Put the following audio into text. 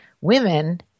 women